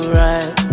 right